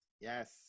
Yes